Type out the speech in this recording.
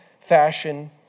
fashion